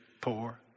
poor